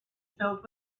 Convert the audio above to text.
filled